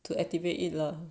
to activate it lah